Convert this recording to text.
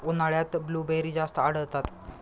उन्हाळ्यात ब्लूबेरी जास्त आढळतात